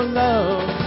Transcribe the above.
love